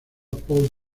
paul